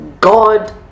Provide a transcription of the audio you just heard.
God